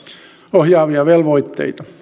ohjaavia velvoitteita